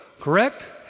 correct